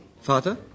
Vater